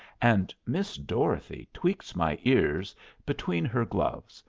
and miss dorothy tweaks my ears between her gloves,